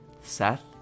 Seth